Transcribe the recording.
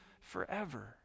forever